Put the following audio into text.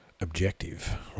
objective